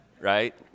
Right